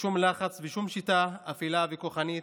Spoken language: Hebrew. ושום לחץ ושום שיטה אפלה וכוחנית